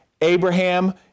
Abraham